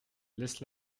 laisse